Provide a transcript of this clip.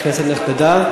כנסת נכבדה,